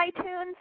iTunes